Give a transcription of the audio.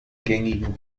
gängigen